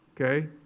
okay